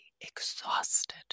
exhausted